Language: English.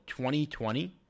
2020